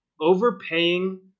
overpaying